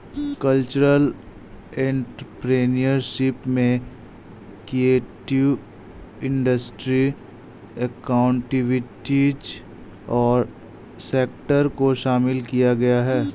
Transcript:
cultural entrepreneurship में creative industry activities और sector को शामिल किया गया है